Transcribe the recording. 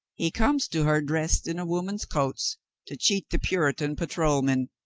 he comes to her dressed in a woman's coats to cheat the puritan patrolmen.